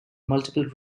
multiple